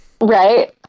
Right